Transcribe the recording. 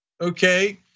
okay